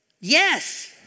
Yes